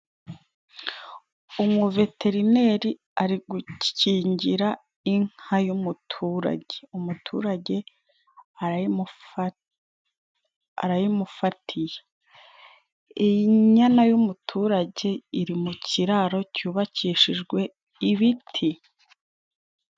Umuveterineri ari gukingira inka y'umuturage. Umuturage arayimufatiye. Iyi nyana y'umuturage iri mu kiraro cyubakishijwe ibiti.